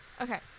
Okay